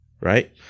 right